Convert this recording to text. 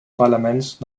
parlaments